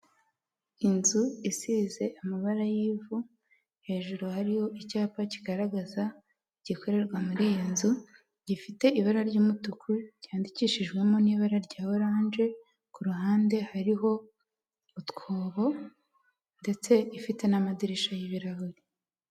Inzu isize amabara y'ivu hejuru hariho icyapa kigaragaza igikorerwa muri iyo nzu, gifite ibara ry'umutuku ryandikishijwemo n'ibara rya oranje, ku ruhande hariho utwobo, ndetse ifite n'amadirishya y'ibirahuri.